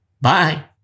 Bye